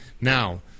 Now